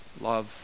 Love